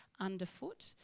underfoot